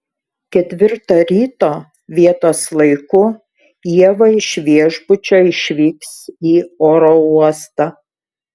ketvirtą ryto vietos laiku ieva iš viešbučio išvyks į oro uostą